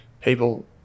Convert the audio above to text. people